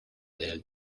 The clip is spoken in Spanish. del